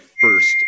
first